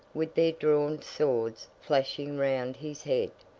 with their drawn swords flashing round his head,